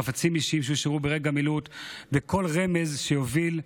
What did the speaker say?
חפצים אישיים שהושארו ברגע המילוט וכל רמז שיוביל לזיהוי,